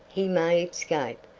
he may escape.